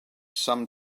some